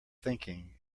thinking